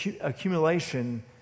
accumulation